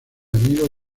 amigos